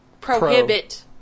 Prohibit